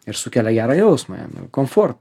ir sukelia gerą jausmą jam komfortą